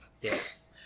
Yes